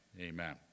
amen